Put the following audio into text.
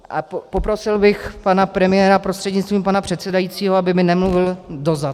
A poprosil bych pana premiéra, prostřednictvím pana předsedajícího, aby mi nemluvil do zad.